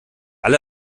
alle